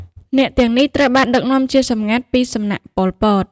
អ្នកទាំងនេះត្រូវបានដឹកនាំជាសម្ងាត់ ពីសំណាក់ ប៉ុល ពត ។